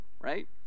Right